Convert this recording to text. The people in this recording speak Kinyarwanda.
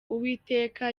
uwiteka